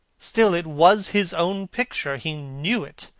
still, it was his own picture. he knew it,